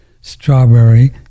strawberry